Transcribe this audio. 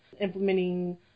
implementing